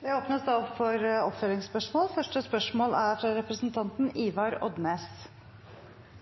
Ivar Odnes – til oppfølgingsspørsmål. For at fleire skal reisa med tog, er det viktig at jernbaneinvesteringane fører til eit merkbart betre reisetilbod «så raskt som mulig», sa riksrevisor Per-Kristian Foss i